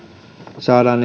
saadaan